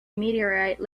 meteorite